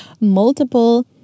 multiple